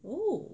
oh